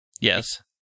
Yes